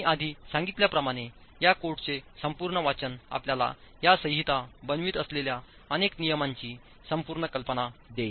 मी आधी सांगितल्याप्रमाणे या कोडचे संपूर्ण वाचण आपल्याला या संहिता बनवित असलेल्या अनेक नियमांची संपूर्ण कल्पना देईल